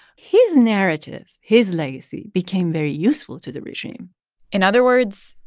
his narrative, his legacy, became very useful to the regime in other words,